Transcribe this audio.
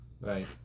right